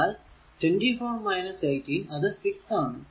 എന്നാൽ ഇത് 24 18 അത് 6 ആണ്